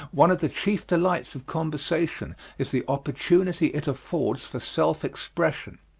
one of the chief delights of conversation is the opportunity it affords for self-expression.